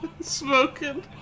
Smoking